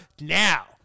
now